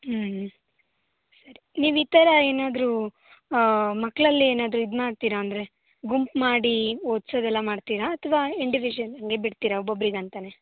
ಸರಿ ನೀವು ಈ ಥರ ಏನಾದರೂ ಮಕ್ಕಳಲ್ಲೇ ಏನಾದರೂ ಇದು ಮಾಡ್ತೀರಾ ಅಂದರೆ ಗುಂಪು ಮಾಡಿ ಓದಿಸೋದೆಲ್ಲ ಮಾಡ್ತೀರಾ ಅಥವಾ ಇಂಡಿವಿಜುವಲ್ ಹಾಗೆ ಬಿಡ್ತೀರಾ ಒಬ್ಬೊಬರಿಗಂತಾನೆ